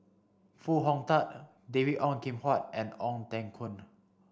Foo Hong Tatt David Ong Kim Huat and Ong Teng Koon